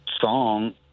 song